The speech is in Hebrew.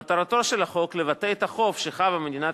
מטרתו של החוק לבטא את החוב שחבה מדינת